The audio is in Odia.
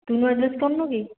ତୁ ନୂଆ ଡ୍ରେସ୍ କରିନୁ କି